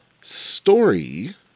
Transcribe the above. story